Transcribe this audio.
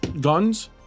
guns